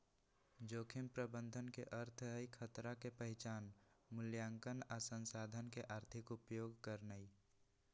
जोखिम प्रबंधन के अर्थ हई खतरा के पहिचान, मुलायंकन आ संसाधन के आर्थिक उपयोग करनाइ